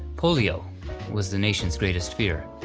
polio was the nation's greatest fear.